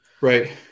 right